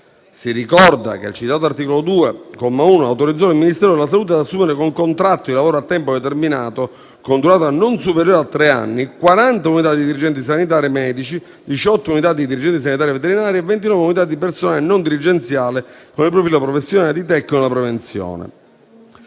Si ricorda che il citato articolo 2, comma 1, autorizzò il Ministero della salute ad assumere con contratto di lavoro a tempo determinato, con durata non superiore a tre anni, 40 unità di dirigenti sanitari medici, 18 unità di dirigenti sanitari veterinari e 29 unità di personale non dirigenziale con il profilo professionale di tecnico della prevenzione.